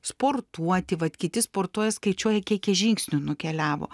sportuoti vat kiti sportuoja skaičiuoja kiek jie žingsnių nukeliavo